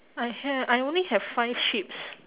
I have I only have five sheeps